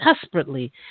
desperately